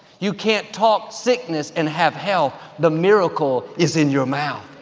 you can't talk sickness and have health. the miracle is in your mouth.